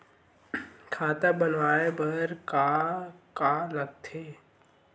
खाता बनवाय बर का का लगथे?